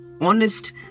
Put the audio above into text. honest